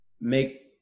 make